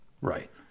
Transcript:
Right